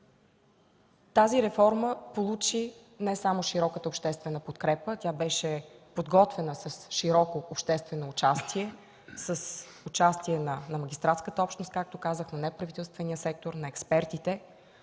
Тази реформа получи не само широката обществена подкрепа. Тя беше подготвена с широко обществено участие, с участие на магистратската общност, на неправителствения сектор, на експертите.